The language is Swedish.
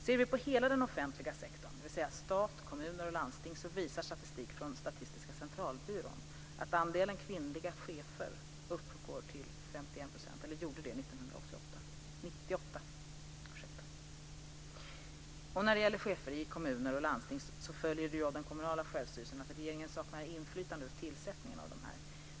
Ser vi på hela den offentliga sektorn, dvs. stat, kommuner och landsting, visar statistik från Statistiska centralbyrån att andelen kvinnliga chefer uppgick till 51 % 1998. När det gäller chefer i kommuner och landsting följer av den kommunala självstyrelsen att regeringen saknar inflytande över tillsättningen av dessa.